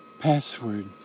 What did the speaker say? Password